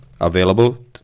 available